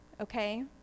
okay